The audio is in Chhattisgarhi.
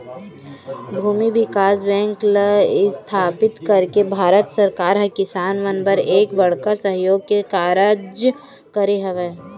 भूमि बिकास बेंक ल इस्थापित करके भारत सरकार ह किसान मन बर एक बड़का सहयोग के कारज करे हवय